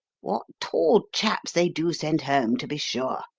what tall chaps they do send home, to be sure!